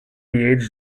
his